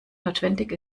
notwendig